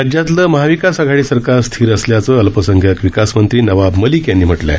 राज्यातलं महाविकास आघाडी सरकार स्थिर असल्याचं अल्पसंख्याक विकास मंत्री नवाब मलिक यांनी म्हटलं आहे